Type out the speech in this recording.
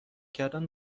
کردن